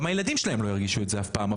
גם הילדים שלהם לא ירגישו את זה אף פעם.